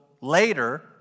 later